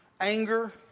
anger